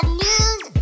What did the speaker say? news